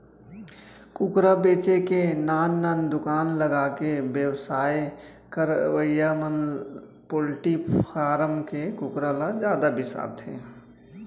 कुकरा बेचे के नान नान दुकान लगाके बेवसाय करवइया मन पोल्टी फारम के कुकरा ल जादा बिसाथें